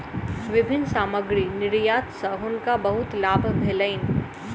विभिन्न सामग्री निर्यात सॅ हुनका बहुत लाभ भेलैन